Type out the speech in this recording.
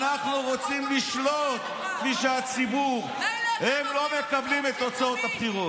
כן, גדר על הפרצוף, שש דקות, שש דקות הוא מדבר.